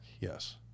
yes